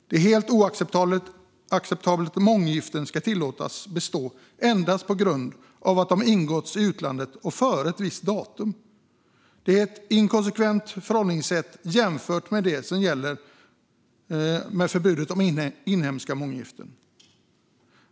Det är helt oacceptabelt att månggiften ska tillåtas bestå endast på grund av att de har ingåtts i utlandet och före ett visst datum. Det är ett inkonsekvent förhållningssätt jämfört med det som gäller för förbudet mot inhemska månggiften.